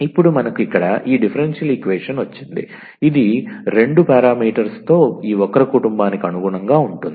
ఇప్పుడు మనకు ఇక్కడ ఈ డిఫరెన్షియల్ ఈక్వేషన్ వచ్చింది ఇది రెండు పారామీటర్స్ తో ఈ వక్ర కుటుంబానికి అనుగుణంగా ఉంటుంది